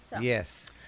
Yes